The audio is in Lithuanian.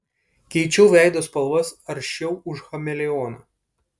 keičiau veido spalvas aršiau už chameleoną